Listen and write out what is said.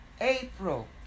April